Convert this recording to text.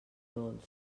dolç